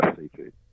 seafood